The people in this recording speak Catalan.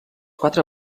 quatre